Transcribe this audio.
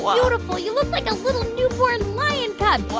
beautiful you look like a little newborn lion cub what?